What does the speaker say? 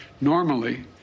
Normally